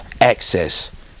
access